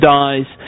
dies